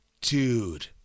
Dude